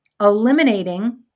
eliminating